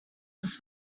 was